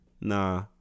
nah